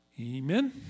Amen